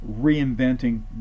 reinventing